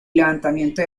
levantamiento